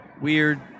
weird